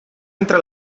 entre